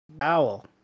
Owl